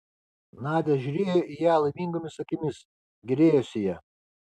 nadia žiūrėjo į ją laimingomis akimis gėrėjosi ja